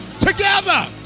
together